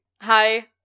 hi